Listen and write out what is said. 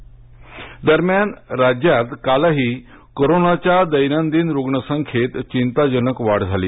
राज्य कोविड दरम्यान राज्यात कालही कोरोनाच्या दैनंदिन रुग्णसंख्येत चिंताजनक वाढ झाली